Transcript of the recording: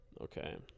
Okay